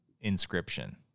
inscription